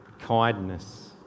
kindness